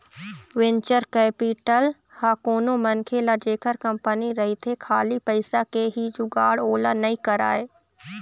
venture capital ह कोनो मनखे ल जेखर कंपनी रहिथे खाली पइसा के ही जुगाड़ ओला नइ कराय